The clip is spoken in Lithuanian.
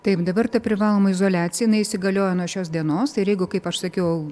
taip dabar ta privaloma izoliacija jinai įsigalioja nuo šios dienos ir jeigu kaip aš sakiau